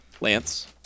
lance